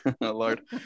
Lord